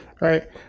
right